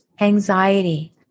anxiety